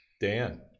Dan